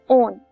own